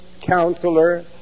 Counselor